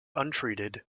untreated